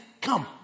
come